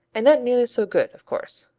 and not nearly so good, of course.